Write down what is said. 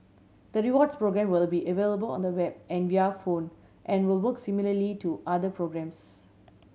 the rewards program will be available on the web and via phone and will work similarly to other programs